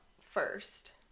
first